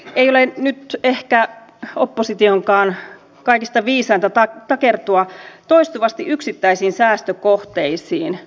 ei ole nyt ehkä oppositionkaan kaikista viisainta takertua toistuvasti yksittäisiin säästökohteisiin